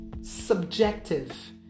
subjective